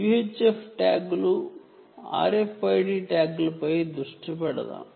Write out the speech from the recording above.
UHF ట్యాగ్లు RFID ట్యాగ్లపై దృష్టి పెడదాం